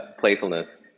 playfulness